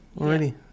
already